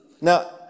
Now